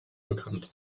bekannt